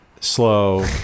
slow